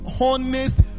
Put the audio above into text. Honest